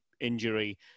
injury